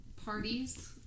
parties